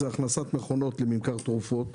הכנסת מכונות לממכר תרופות.